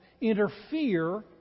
interfere